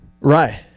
Right